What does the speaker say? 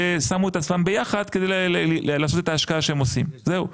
ששמו את עצמם ביחד כדי לעשות את ההשקעה שהם עושים זהו,